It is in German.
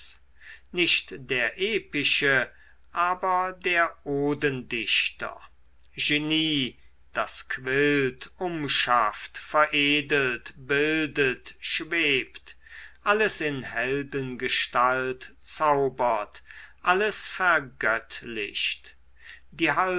nicht der epische aber der odendichter genie das quillt umschafft veredelt bildet schwebt alles in heldengestalt zaubert alles vergöttlicht die